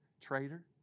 Traitor